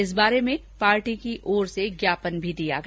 इस बारे में पार्टी की ओर से ज्ञापन भी दिया गया